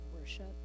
worship